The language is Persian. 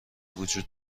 وجود